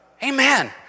Amen